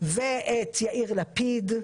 ואת יאיר לפיד.